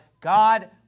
God